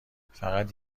فقط